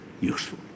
useful